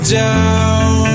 down